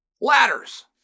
ladders